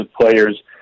players